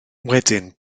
wedyn